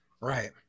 Right